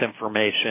information